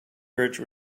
bridge